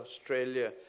Australia